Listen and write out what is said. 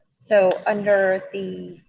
so, under the